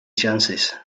chances